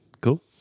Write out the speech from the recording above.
Cool